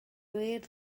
wir